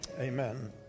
amen